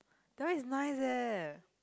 that is nice eh